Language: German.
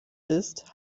ist